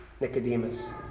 Nicodemus